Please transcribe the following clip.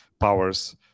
powers